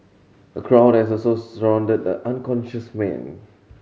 a crowd had also surrounded the unconscious man